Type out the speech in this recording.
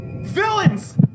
Villains